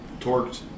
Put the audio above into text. Torqued